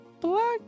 Black